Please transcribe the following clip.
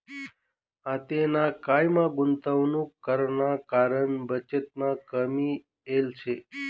आतेना कायमा गुंतवणूक कराना कारण बचतमा कमी येल शे